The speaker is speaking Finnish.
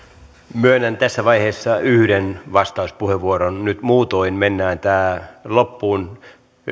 myönnän tässä vaiheessa yhden vastauspuheenvuoron nyt muutoin mennään tämä loppuun